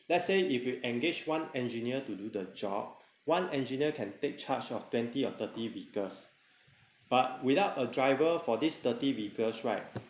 let's say if you engage one engineer to do the job one engineer can take charge of twenty or thirty vehicles but without a driver for this thirty vehicles right